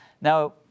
Now